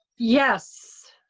yes.